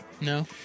No